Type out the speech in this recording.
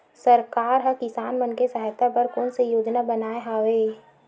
सरकार हा किसान मन के सहायता बर कोन सा योजना बनाए हवाये?